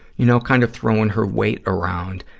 you know, kind of throwing her weight around.